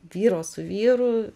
vyro su vyru